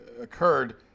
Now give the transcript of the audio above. occurred